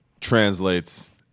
translates